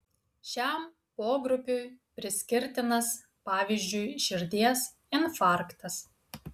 šiam pogrupiui priskirtinas pavyzdžiui širdies infarktas